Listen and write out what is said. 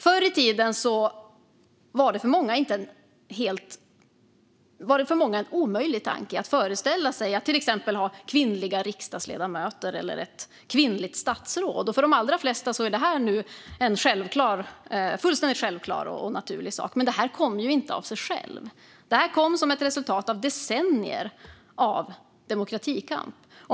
Förr i tiden var det för många omöjligt att föreställa sig till exempel kvinnliga riksdagsledamöter eller statsråd. För de allra flesta är detta nu en fullständigt självklar och naturlig sak, men det kom inte av sig självt. Det kom som ett resultat av decennier av demokratikamp.